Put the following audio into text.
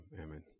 Amen